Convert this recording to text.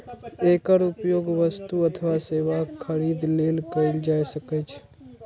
एकर उपयोग वस्तु अथवा सेवाक खरीद लेल कैल जा सकै छै